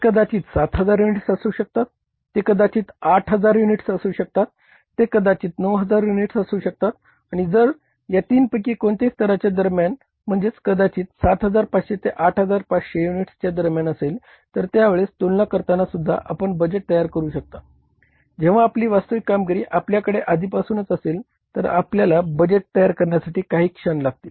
ते कदाचित 7000 युनिट्स असू शकतात ते कदाचित 8000 युनिट्स असू शकतात ते कदाचित 9000 युनिट्स असू शकतात आणि जर या तीनपैकी कोणत्याही स्तराच्या दरम्यान म्हणजेच कदाचित 7500 ते 8500 युनिट्सच्या दरम्यान असेल तर त्यावेळेस तुलना करतानासुद्धा आपण बजेट तयार करू शकता जेंव्हा आपली वास्तविक कामगिरी आपल्याकडे आधीपासूनच असेल तर आपल्याला बजेट तयार कारण्यासाठी काही क्षण लागतील